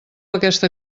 aquesta